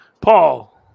Paul